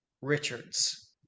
richards